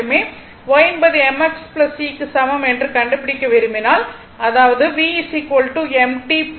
y என்பது mx C க்கு சமம் என்று கண்டுபிடிக்க விரும்பினால் அதாவது v mt c